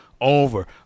over